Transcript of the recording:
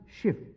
shift